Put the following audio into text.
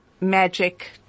magic